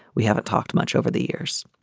we haven't talked much over the years.